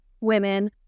women